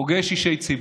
פוגש אישי ציבור,